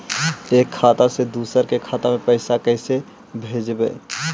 एक खाता से दुसर के खाता में पैसा कैसे भेजबइ?